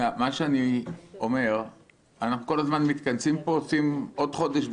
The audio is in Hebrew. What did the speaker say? כל הזמן אנחנו מתכנסים פה ועושים עוד חודש,